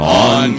on